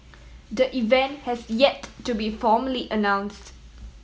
the event has yet to be formally announced